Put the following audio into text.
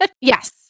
Yes